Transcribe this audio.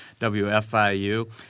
WFIU